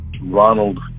Ronald